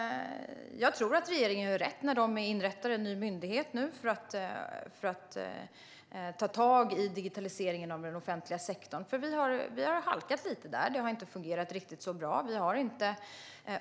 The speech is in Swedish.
Jag tror att regeringen gör rätt när den nu inrättar en ny myndighet för att ta tag i digitaliseringen av den offentliga sektorn. Vi har halkat efter lite där. Det har inte fungerat så bra.